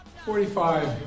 Forty-five